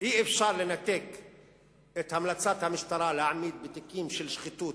אי-אפשר לנתק את המלצת המשטרה להעמיד לדין בתיקים של שחיתות,